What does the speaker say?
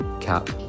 cap